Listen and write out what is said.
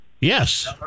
Yes